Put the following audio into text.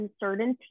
uncertainty